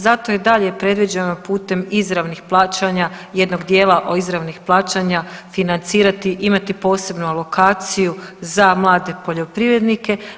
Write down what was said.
Zato je dalje predviđeno putem izravnih plaćanja, jednog dijela izravnih plaćanja, financirati, imati posebnu alokaciju za mlade poljoprivrednike.